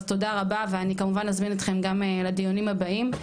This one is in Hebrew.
אז תודה רבה ואני כמובן אזמין אתכם גם לדיונים הבאים.